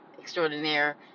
extraordinaire